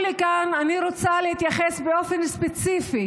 אני רוצה להתייחס באופן ספציפי